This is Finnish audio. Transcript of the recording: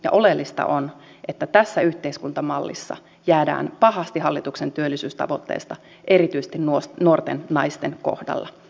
ja oleellista on että tässä yhteiskuntamallissa jäädään pahasti hallituksen työllisyystavoitteesta erityisesti nuorten naisten kohdalla